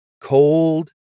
Cold